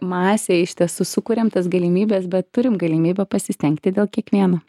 masėj iš tiesų sukuriam tas galimybes bet turim galimybę pasistengti dėl kiekvieno